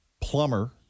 plumber